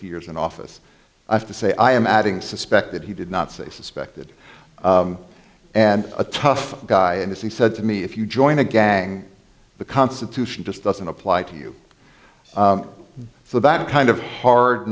years in office i have to say i am adding suspect that he did not say suspected and a tough guy and he said to me if you join a gang the constitution just doesn't apply to you so that kind of hard